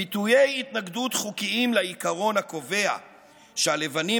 ביטויי התנגדות חוקיים לעיקרון הקובע שהלבנים